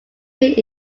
made